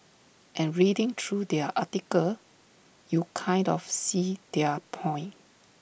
and reading through their article you kind of see their point